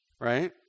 right